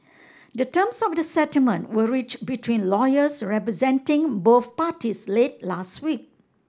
the terms of the settlement were reached between lawyers representing both parties late last week